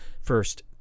First